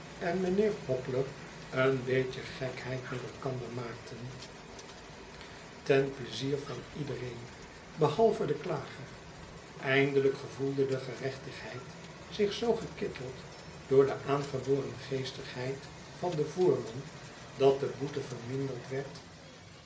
en mijnheer hobler een beetje gekheid met elkander maakten ten pleizier van iedereen behalve den klager eindelijk gevoelde de gerechtigheid zich zoo gekitteld door de aangeboren geestigheid van den voerman dat de boete verminderd werd